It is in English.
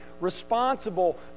responsible